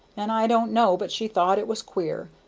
and i don't know but she thought it was queer,